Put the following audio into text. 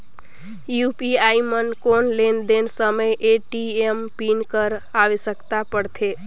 UPI म कौन लेन देन समय ए.टी.एम पिन कर आवश्यकता पड़थे?